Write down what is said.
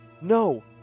no